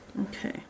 Okay